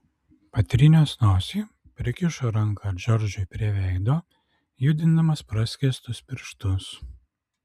patrynęs nosį prikišo ranką džordžui prie veido judindamas praskėstus pirštus